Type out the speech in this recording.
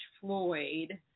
Floyd